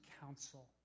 counsel